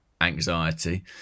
anxiety